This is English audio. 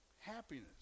happiness